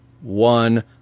one